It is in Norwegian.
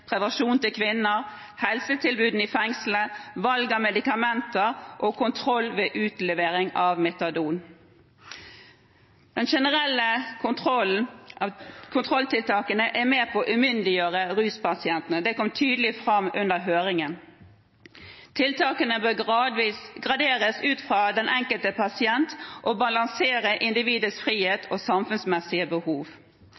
prevensjon til kvinner, helsetilbudene i fengslene, valg av medikamenter og kontroll ved utlevering av metadon. De generelle kontrolltiltakene er med på å umyndiggjøre ruspasientene. Det kom tydelig fram under høringen. Tiltakene bør graderes ut fra den enkelte pasient og balansere individets frihet og samfunnsmessige behov.